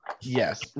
Yes